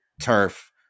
turf